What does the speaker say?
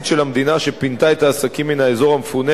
של המדינה שפינתה את העסקים מן האזור המפונה,